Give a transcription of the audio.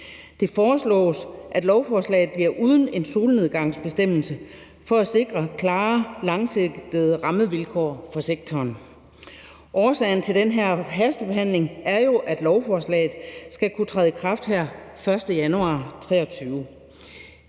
Det foreslås, at lovforslaget bliver uden en solnedgangsbestemmelse for at sikre klare, langsigtede rammevilkår for sektoren. Årsagen til den her hastebehandling er jo, at lovforslaget skal kunne træde i kraft her den 1. januar 2023.